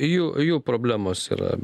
jų problemos yra